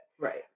Right